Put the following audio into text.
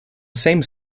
same